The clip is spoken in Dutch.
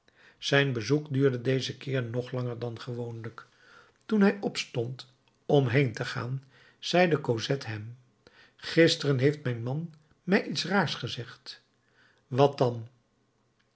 zijn bezoek duurde dezen keer nog langer dan gewoonlijk toen hij opstond om heen te gaan zeide cosette hem gisteren heeft mijn man mij iets raars gezegd wat dan